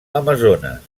amazones